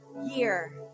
year